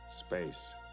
space